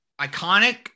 iconic